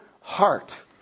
heart